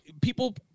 people